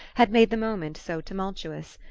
had made the moment so tumultuous.